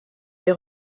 des